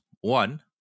One